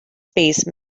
space